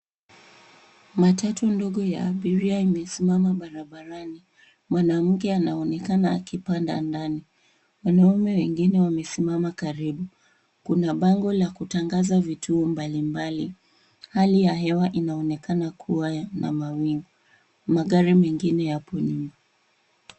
Matatu ndogo ya abiria imesimama barabarani. Mwanamke anaonekana akipanda ndani. Wanaume wengine wamesimama karibu. Kuna bango la kutangaza vituo mbalimbali. Hali ya hewa inaonekana kuwa na mawingu. Magari mengine yapo nyuma.